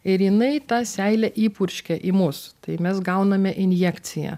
ir jinai tą seilę įpurškia į mus tai mes gauname injekciją